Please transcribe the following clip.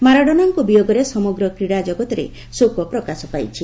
ମାରାଡୋନାଙ୍କ ବିୟୋଗରେ ସମଗ୍ର କ୍ରୀଡ଼ା ଜଗତରେ ଶୋକ ପ୍ରକାଶ ପାଇଛି